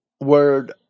word